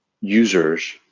users